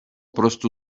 prostu